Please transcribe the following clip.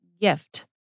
gift